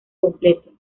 completo